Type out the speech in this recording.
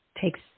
takes